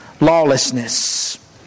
lawlessness